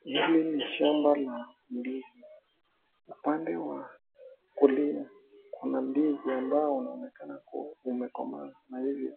Hili ni shamba la ndizi. Upande wa kulia, kuna ndizi ambayo unaonekana kuwa imekomaa na hivyo